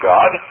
God